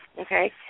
okay